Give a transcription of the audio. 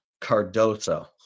Cardoso